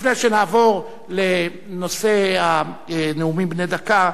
לפני שנעבור לנאומים בני דקה,